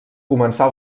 començar